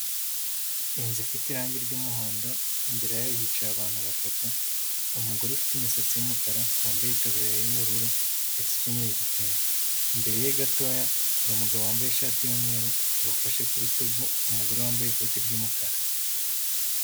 Inzu ifite irangi ry'umuhondo imbere yayo hicaye abantu batatu, umugore ufite imisatsi y'umukara wambaye itaburiya y'ubururu ndetse akenyeye igitenge, imbere ye gatoya hari umugabo wambaye ishati y'umweru wafashe ku rutugu umugore wambaye ikoti ry'umukara.